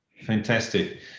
Fantastic